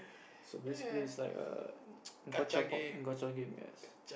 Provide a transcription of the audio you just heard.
so basically it's like err